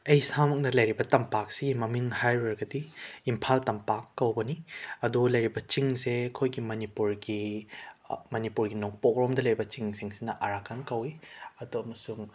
ꯑꯩ ꯏꯁꯥꯃꯛꯅ ꯂꯩꯔꯤꯕ ꯇꯝꯄꯥꯛꯁꯤꯒꯤ ꯃꯃꯤꯡ ꯍꯥꯏꯔꯨꯔꯒꯗꯤ ꯏꯝꯐꯥꯜ ꯇꯝꯄꯥꯛ ꯀꯧꯕꯅꯤ ꯑꯗꯨ ꯂꯩꯔꯤꯕ ꯆꯤꯡꯁꯦ ꯑꯩꯈꯣꯏꯒꯤ ꯃꯅꯤꯄꯨꯔꯒꯤ ꯃꯅꯤꯄꯨꯔꯒꯤ ꯅꯣꯡꯄꯣꯛꯂꯣꯝꯗ ꯂꯩꯕ ꯆꯤꯡꯁꯤꯡꯁꯤꯅ ꯑꯔꯥꯀꯥꯟ ꯀꯧꯏ ꯑꯗꯣ ꯑꯃꯁꯨꯡ